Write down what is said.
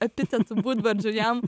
epitetų būdvardžių jam